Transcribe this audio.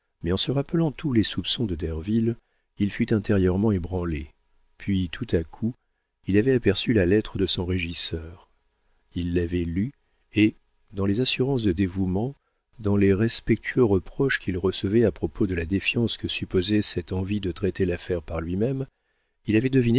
mais en se rappelant tous les soupçons de derville il fut intérieurement ébranlé puis tout à coup il avait aperçu la lettre de son régisseur il l'avait lue et dans les assurances de dévouement dans les respectueux reproches qu'il recevait à propos de la défiance que supposait cette envie de traiter l'affaire par lui-même il avait deviné